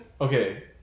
Okay